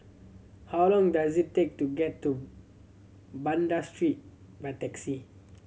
how long does it take to get to Banda Street by taxi